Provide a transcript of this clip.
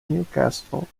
newcastle